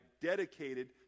dedicated